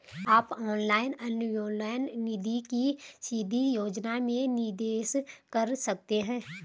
आप ऑनलाइन अन्योन्य निधि की सीधी योजना में निवेश कर सकते हैं